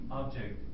object